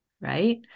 right